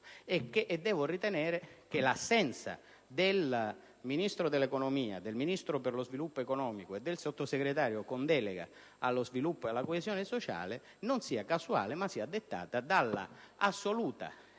e devo ritenere che l'assenza del Ministro dell'economia, del Ministro per lo sviluppo economico e del Sottosegretario con delega allo sviluppo e alla coesione sociale non sia casuale ma sia dettata dall'assoluta